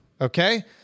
Okay